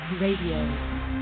Radio